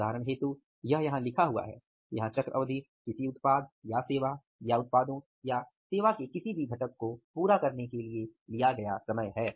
उदाहरण के लिए यह यहाँ लिखा हुआ है यहाँ चक्र अवधि किसी उत्पाद या सेवा या उत्पादों या सेवा के किसी भी घटक को पूरा करने के लिए लिया गया समय है